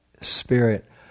spirit